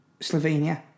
Slovenia